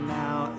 now